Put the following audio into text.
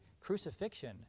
crucifixion